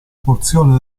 porzione